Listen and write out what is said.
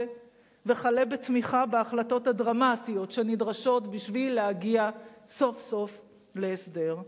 וכלה בתמיכה בהחלטות הדרמטיות שנדרשות בשביל להגיע סוף-סוף להסדר.